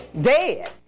dead